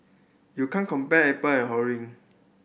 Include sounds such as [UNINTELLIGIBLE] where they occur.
you can't compare apple an [UNINTELLIGIBLE]